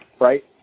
right